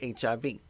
HIV